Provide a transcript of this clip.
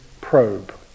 probe